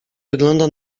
wygląda